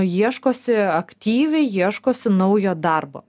ieškosi aktyviai ieškosi naujo darbo